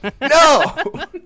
no